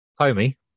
Tommy